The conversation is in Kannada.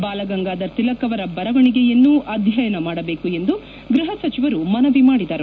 ಬಾಲಗಂಗಾಧರ ತಿಲಕ್ ಅವರ ಬರವಣಿಗೆಯನ್ನು ಅಧ್ಯಯನ ಮಾಡಬೇಕು ಎಂದು ಗೃಹ ಸಚಿವರು ಮನವಿ ಮಾಡಿದರು